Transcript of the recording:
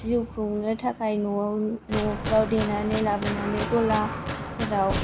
जिउ खुंनो थाखाय न'आव न'आवफ्राव देनानै लाबोनानै गलाफोराव